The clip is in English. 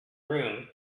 room